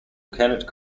kennett